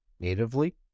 Natively